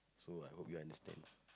so I hope you understand